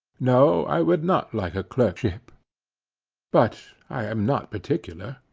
no, i would not like a clerkship but i am not particular.